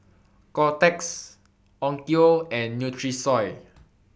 Kotex Onkyo and Nutrisoy